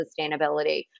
sustainability